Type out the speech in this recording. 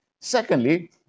Secondly